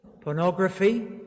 Pornography